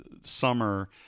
summer